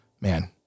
man